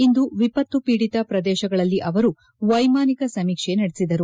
ಇಂದು ವಿಪತ್ತು ಪೀಡಿತ ಪ್ರದೇಶಗಳಲ್ಲಿ ಅವರು ವೈಮಾನಿಕ ಸಮೀಕ್ಷೆ ನಡೆಸಿದರು